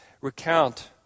recount